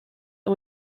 and